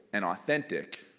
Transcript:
and authentic.